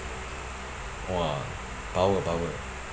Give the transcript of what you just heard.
!wah! power power